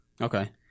Okay